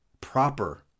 proper